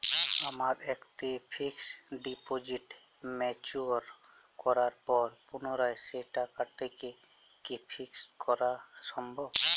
আমার একটি fixed deposit mature করার পর পুনরায় সেই টাকাটিকে কি ফিক্সড করা সম্ভব?